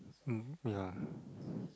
um ya